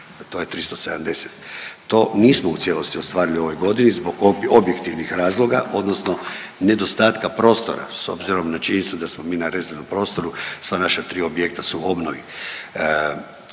to je 370. To nismo u cijelosti ostvarili u ovoj godini zbog objektivnih razloga, odnosno nedostatka prostora s obzirom na činjenicu da smo mi na rezervnom prostoru, sva naša 3 objekta su u obnovi.